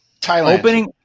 Thailand